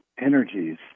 Energies